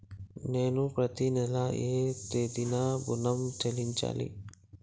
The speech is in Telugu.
నేను పత్తి నెల ఏ తేదీనా ఋణం చెల్లించాలి?